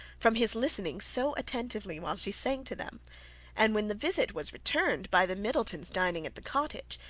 from his listening so attentively while she sang to them and when the visit was returned by the middletons' dining at the cottage,